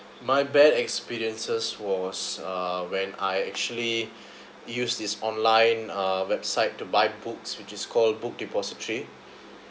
my bad experiences was uh when I actually use this online uh website to buy books which is called book depository